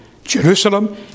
Jerusalem